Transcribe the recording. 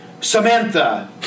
Samantha